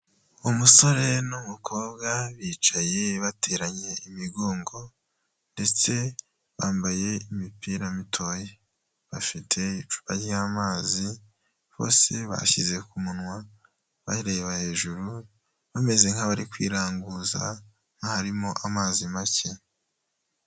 Umusore n'umukobwa bicaye bateranye imigongo ndetse bambaye imipira mitoya, bafite icupa ry'amazi bose bashyize ku munwa bareba hejuru, bameze nk'abari kwiranguza nk'aharimo amazi make.